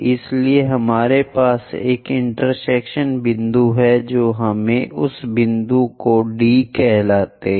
इसलिए हमारे पास एक इंटरसेक्शन बिंदु है जो हमें उस बिंदु को D कहते हैं